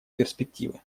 перспективы